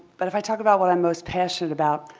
but if i talk about what i'm most passionate about,